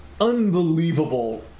unbelievable